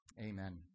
Amen